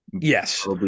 Yes